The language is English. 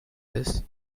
this